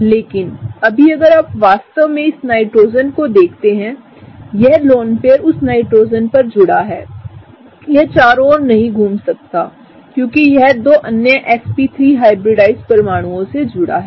लेकिन अभी अगर आप वास्तव में इस नाइट्रोजन को देखते हैंयह लोन पेयर उस नाइट्रोजन पर जुड़ा है यह चारों ओर नहीं घूम सकता क्योंकि यह दो अन्य sp3हाइब्रिडाइज्ड परमाणुओं से जुड़ा है